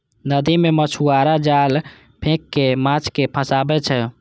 नदी मे मछुआरा जाल फेंक कें माछ कें फंसाबै छै